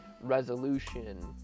resolution